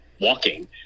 walking